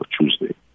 Tuesday